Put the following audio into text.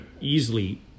easily